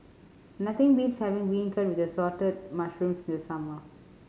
nothing beats having beancurd with Assorted Mushrooms in the summer